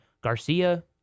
Garcia